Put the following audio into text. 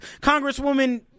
Congresswoman